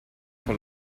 con